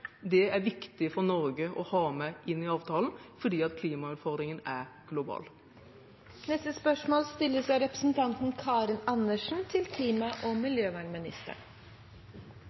er viktig for Norge å ha med inn i avtalen, fordi klimautfordringen er global. Mitt spørsmål er følgende: «Hvordan tenker regjeringen å styrke kommunenes evne til å realisere klimakutt og